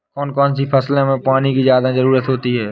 कौन कौन सी फसलों में पानी की ज्यादा ज़रुरत होती है?